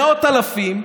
מאות אלפים,